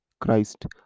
Christ